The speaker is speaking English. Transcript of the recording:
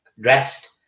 dressed